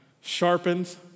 sharpens